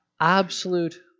Absolute